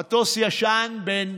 מטוס ישן בן